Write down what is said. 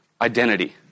identity